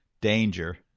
danger